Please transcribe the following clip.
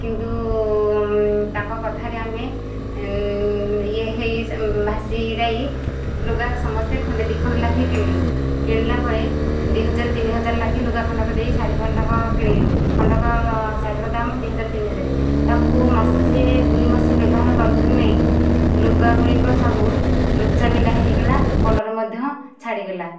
କିନ୍ତୁ ତାଙ୍କ କଥାରେ ଆମେ ଇଏ ହୋଇ ଭାସିଯାଇ ଲୁଗା ସମସ୍ତେ ଖଣ୍ଡେ ଦିଖଣ୍ଡ ଲାଖେ କିଣିଲୁ କିଣିଲା ପରେ ଦିହଜାର ତିନିହଜାର ଲାଖେ ଲୁଗା ଖଣ୍ଡକ ଦେଇ ଶାଢ଼ୀ ଖଣ୍ଡକ କିଣିଲୁ ଖଣ୍ଡକ ଶାଢ଼ୀର ଦାମ ଦିହଜାର ତିନିହଜାର ତାକୁ ମାସେ ଦିମାସ ବ୍ୟବହାର କରିଛୁ କି ନାହିଁ ଲୁଗାଗୁଡ଼ିକ ସବୁ ଲୋଚା ବିଣ୍ଡା ହୋଇଗଲା କଲର ମଧ୍ୟ ଛାଡ଼ିଗଲା